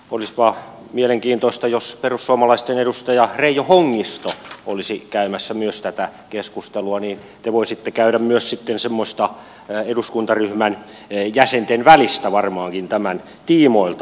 olisipa mielenkiintoista jos perussuomalaisten edustaja reijo hongisto olisi myös käymässä tätä keskustelua te voisitte käydä myös sitten semmoista eduskuntaryhmän jäsenten välistä keskustelua varmaankin tämän tiimoilta